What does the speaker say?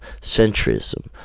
centrism